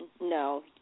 No